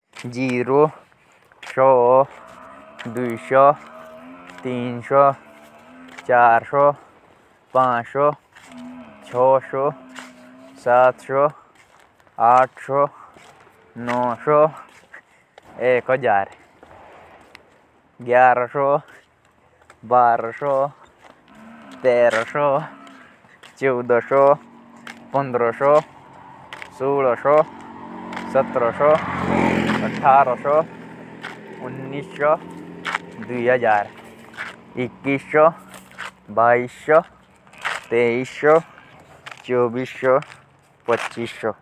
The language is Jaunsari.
शून्य, एक सौ, दो सौ, तीन सौ, चार सौ, पाँच सौ, छह सौ, सात सौ, आठ सौ, नौ सौ,